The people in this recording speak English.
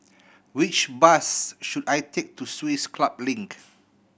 which bus should I take to Swiss Club Link